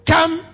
Come